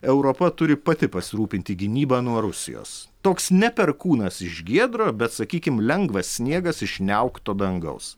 europa turi pati pasirūpinti gynyba nuo rusijos toks ne perkūnas iš giedro bet sakykim lengvas sniegas iš niaukto dangaus